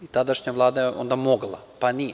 Tadašnja vlada je onda mogla, pa nije.